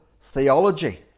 theology